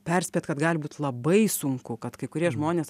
perspėt kad gali būt labai sunku kad kai kurie žmonės